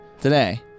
Today